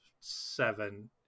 seven